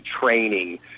training